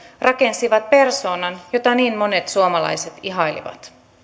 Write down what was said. rakensivat persoonan jota niin monet suomalaiset ihailivat